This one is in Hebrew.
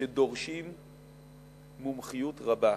שדורשים מומחיות רבה,